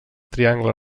triangle